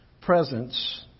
presence